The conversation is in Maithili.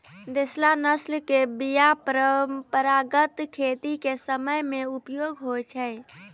देशला नस्ल के बीया परंपरागत खेती के समय मे उपयोग होय छै